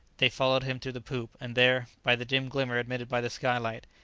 they followed him to the poop, and there, by the dim glimmer admitted by the sky-light,